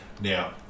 Now